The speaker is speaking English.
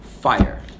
fire